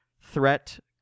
threat